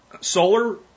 solar